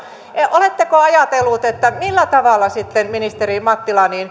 oletteko ajatellut millä tavalla sitten ministeri mattila